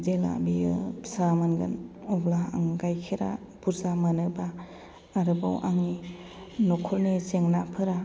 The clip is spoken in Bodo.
जेला बियो फिसा मोनगोन अब्ला आं गायखेरा बुरजा मोनोबा आरोबाव आंनि नखरनि जेंनाफोरा